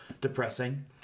depressing